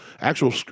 actual